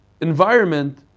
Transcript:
environment